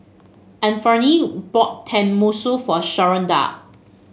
Anfernee bought Tenmusu for Sharonda